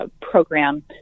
program